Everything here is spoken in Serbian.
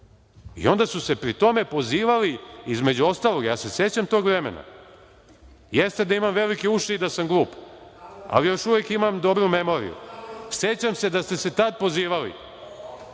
su se pri tome pozivali, između ostalog, ja se sećam tog vremena, jeste da imam velike uši i da sam glup, ali još uvek imam dobru memoriju, sećam se da ste se tad pozivali